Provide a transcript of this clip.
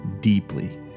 deeply